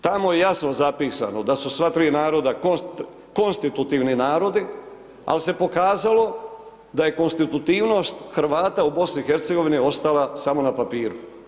Tamo je jasno zapisano da su sva tri naroda konstitutivni narodi ali se pokazalo da je konstitutivnost Hrvata u BiH ostala samo na papiru.